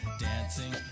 dancing